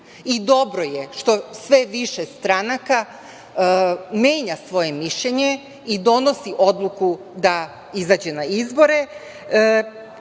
i dobro je što sve više stranaka menja svoje mišljenje i donosi odluku da izađe na izbore.